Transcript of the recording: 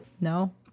no